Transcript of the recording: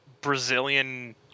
Brazilian